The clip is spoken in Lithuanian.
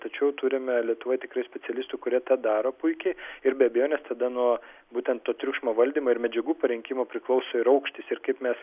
tačiau turime lietuvoj tikrai specialistų kurie tą daro puikiai ir be abejonės tada nuo būtent to triukšmo valdymo ir medžiagų parinkimo priklauso ir aukštis ir kaip mes